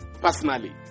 personally